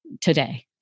today